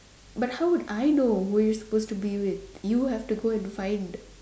but how would I know who you're supposed to be with you have to go and find